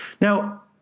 Now